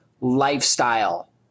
lifestyle